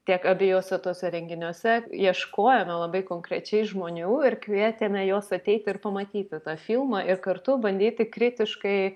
tiek abiejuose tuose renginiuose ieškojome labai konkrečiai žmonių ir kvietėme juos ateiti ir pamatyti tą filmą ir kartu bandyti kritiškai